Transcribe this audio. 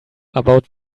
about